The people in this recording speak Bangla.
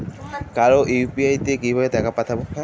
কারো ইউ.পি.আই তে কিভাবে টাকা পাঠাবো?